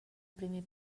primer